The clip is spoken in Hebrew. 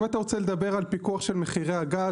אם אתה רוצה לדבר על פיקוח על מחירי הגז,